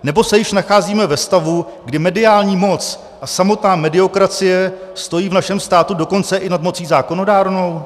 Nebo se již nacházíme ve stavu, kdy mediální moc a samotná mediokracie stojí v našem státě dokonce i nad mocí zákonodárnou?